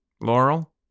Laurel